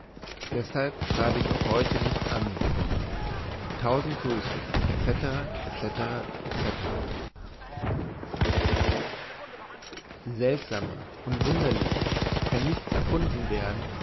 deshalb schreibe ich auch heute nicht an sie tausend grüße etc etc etc seltsamer und wunderlicher kann nichts erfunden werden